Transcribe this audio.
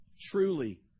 Truly